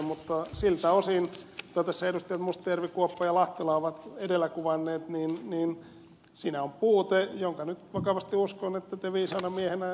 mutta siltä osin mitä edustajat mustajärvi kuoppa ja lahtela ovat edellä kuvanneet siinä on puute josta nyt vakavasti uskon että te viisaana miehenä ed